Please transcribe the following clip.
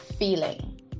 feeling